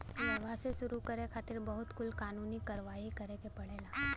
व्यवसाय शुरू करे खातिर बहुत कुल कानूनी कारवाही करे के पड़ेला